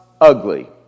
ugly